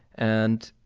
and